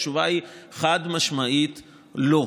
התשובה היא חד-משמעית לא.